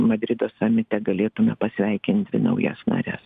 madrido samite galėtume pasveikinti naujas nares